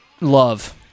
love